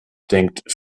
denkt